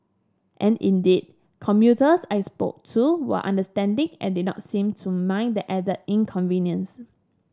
and indeed commuters I spoke to were understanding and did not seem to mind the added inconvenience